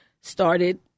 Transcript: started